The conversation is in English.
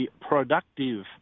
productive